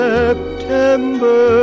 September